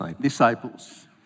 disciples